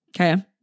Okay